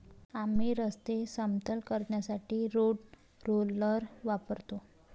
आम्ही रस्ते समतल करण्यासाठी रोड रोलर वापरतो